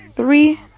Three